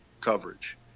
coverage